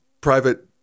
private